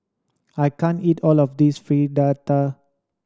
I can't eat all of this Fritada